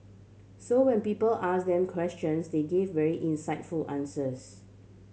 so when people ask them questions they gave very insightful answers